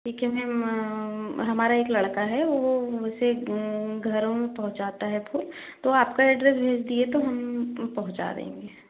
ठीक है मैम हमारा एक लड़का है वो उसे घरों में पहुँचाता है फूल तो आपका एड्रेस भेज दिए तो हम पहुँचा देंगे